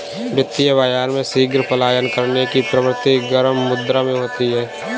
वित्तीय बाजार में शीघ्र पलायन करने की प्रवृत्ति गर्म मुद्रा में होती है